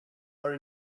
are